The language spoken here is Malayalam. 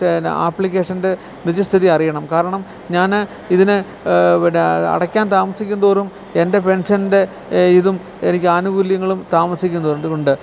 പിന്നെ ആപ്ലിക്കേഷൻറ്റെ നിജസ്ഥിതി അറിയണം കാരണം ഞാൻ ഇതിന് പിന്നെ അടക്കാൻ താമസിക്കുന്തോറും എൻ്റെ പെൻഷൻ്റെ ഇതും എനിക്ക് ആനുകൂല്യങ്ങളും താമസിക്കുന്നുണ്ട് ഇതു കൊണ്ട്